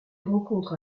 rencontre